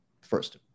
first